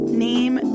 name